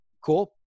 Cool